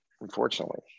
unfortunately